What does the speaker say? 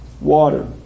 water